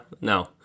no